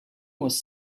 was